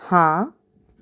ਹਾਂ